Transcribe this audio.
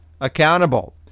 accountable